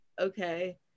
okay